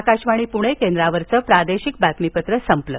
आकाशवाणी प्णे केंद्रावरचं प्रादेशिक बातमीपत्र संपलं